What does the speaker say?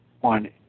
one